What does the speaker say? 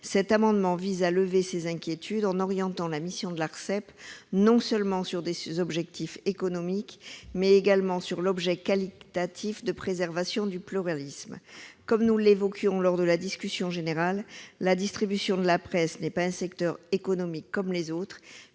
tend à lever ces inquiétudes en orientant la mission de l'Arcep, non seulement vers des objectifs économiques, mais également vers l'objectif qualitatif de préservation du pluralisme. Comme nous l'évoquions lors de la discussion générale, la distribution de la presse n'est pas un secteur économique comme les autres,